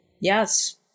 yes